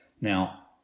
Now